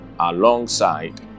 Alongside